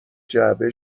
جعبه